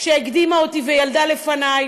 שהקדימה אותי וילדה לפני,